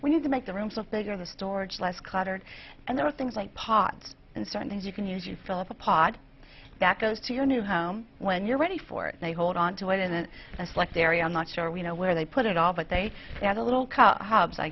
we need to make the rooms with bigger the storage less cluttered and there are things like pots and certain things you can use you fill up a pod that goes to your new home when you're ready for it and hold onto it and then select area i'm not sure we know where they put it all but they had a little